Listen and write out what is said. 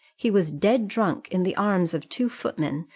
he was dead drunk in the arms of two footmen,